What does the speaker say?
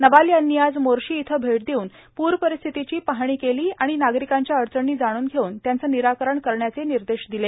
नवाल यांनी आज मोर्शी इथं भेट देऊन पूर परिस्थितीची पाहणी केली आणि नागरिकांच्या अडचणी जाणून घेऊन त्यांचं निराकरण करण्याचे निर्देश दिले